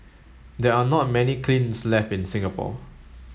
there are not many kilns left in Singapore